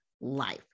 life